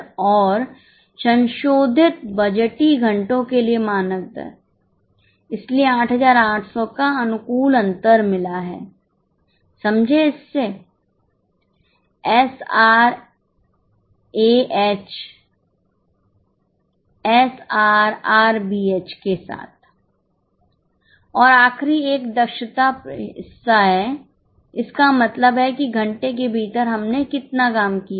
और आखिरी एक दक्षता हिस्सा है इसका मतलब है कि घंटे के भीतर हमने कितना काम किया है